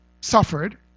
suffered